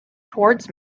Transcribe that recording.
towards